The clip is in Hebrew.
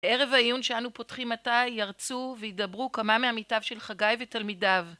ערב העיון שאנו פותחים עתה ירצו וידברו כמה מעמיתיו של חגי ותלמידיו